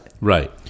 Right